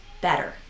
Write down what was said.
better